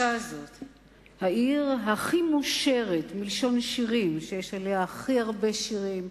הזאת, העיר הכי מושרת, שיש עליה הכי הרבה שירים,